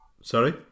Sorry